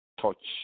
touch